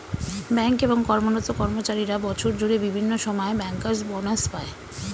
bank এ কর্মরত কর্মচারীরা বছর জুড়ে বিভিন্ন সময়ে ব্যাংকার্স বনাস পায়